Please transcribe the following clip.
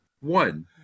one